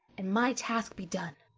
and my task be done.